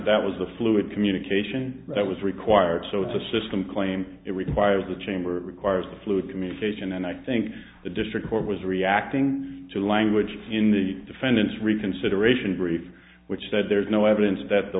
that was a fluid communication that was required so the system claim it requires a chamber requires a fluid communication and i think the district court was reacting to the language in the defendant's reconsideration brief which said there is no evidence that the